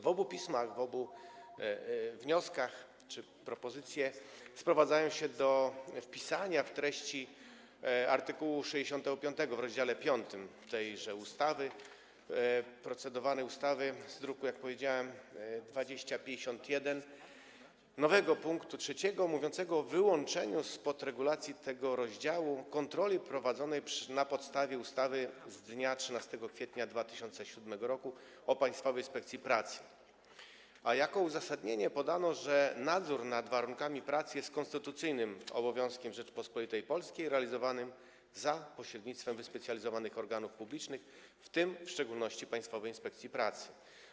W obu pismach, w obu wnioskach propozycje sprowadzają się do wpisania w treści art. 65 w rozdziale 5 procedowanej ustawy z druku, jak powiedziałem, nr 2051 nowego pkt 3, mówiącego o wyłączeniu z regulacji tego rozdziału kontroli prowadzonej na podstawie ustawy z dnia 13 kwietnia 2007 r. o Państwowej Inspekcji Pracy, a jako uzasadnienie podano, że nadzór nad warunkami pracy jest konstytucyjnym obowiązkiem Rzeczypospolitej Polskiej, realizowanym za pośrednictwem wyspecjalizowanych organów publicznych, w tym w szczególności Państwowej Inspekcji Pracy.